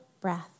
breath